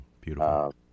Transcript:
beautiful